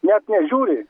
net nežiūri